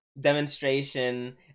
demonstration